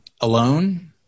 Alone